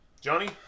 Johnny